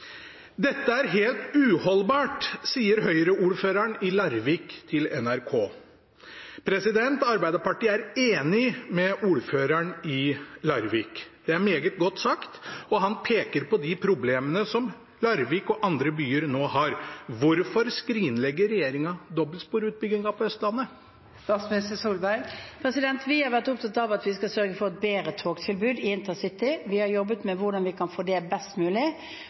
Dette er helt uholdbart, sier Høyre-ordføreren i Larvik til NRK. Arbeiderpartiet er enig med ordføreren i Larvik. Det er meget godt sagt, og han peker på de problemene som Larvik og andre byer nå har. Hvorfor skrinlegger regjeringen dobbeltsporutbyggingen på Østlandet? Vi har vært opptatt av at vi skal sørge for et bedre togtilbud i intercity. Vi har jobbet med hvordan vi kan få det best mulig,